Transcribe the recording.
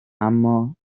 اما